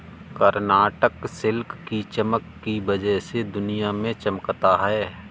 Karnataka silk की चमक की वजह से दुनिया में चमकता है